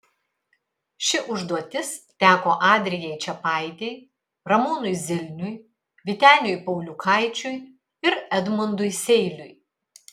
ši užduotis teko adrijai čepaitei ramūnui zilniui vyteniui pauliukaičiui ir edmundui seiliui